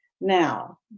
Now